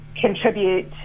contribute